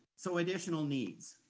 so additional needs.